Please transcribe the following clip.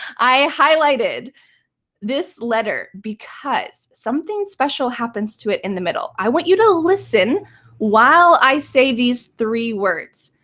i highlighted this letter because something special happens to it in the middle. i want you to listen while i say these three words,